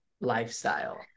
lifestyle